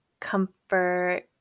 comfort